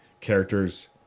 characters